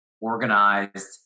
organized